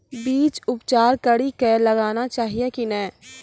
बीज उपचार कड़ी कऽ लगाना चाहिए कि नैय?